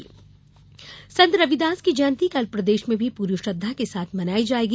रविदास जयंती संत रविदास की जयंती कल प्रदेश में भी पूरी श्रद्धा के साथ मनाई जायेगी